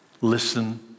Listen